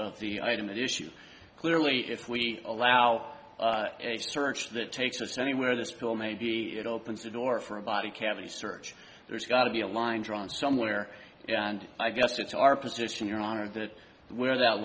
of the item issue clearly if we allow a search that takes us anywhere this pill may be it opens the door for a body cavity search there's got to be a line drawn somewhere and i guess it's our position your honor that where that